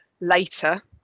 later